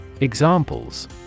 Examples